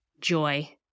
joy